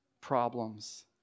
problems